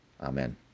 Amen